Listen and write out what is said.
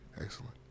Excellent